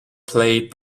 played